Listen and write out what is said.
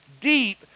deep